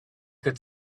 could